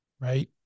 right